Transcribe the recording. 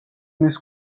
მის